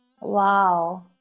Wow